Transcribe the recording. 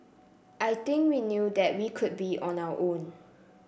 I think we knew that we could be on our own